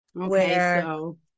Okay